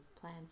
plan